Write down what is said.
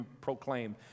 proclaimed